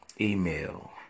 email